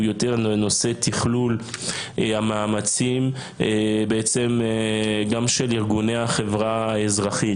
הוא יותר נושא תכלול המאמצים גם של ארגוני החברה האזרחית,